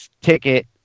ticket